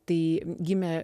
tai gimė